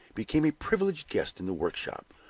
became a privileged guest in the workshop,